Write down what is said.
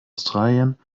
australien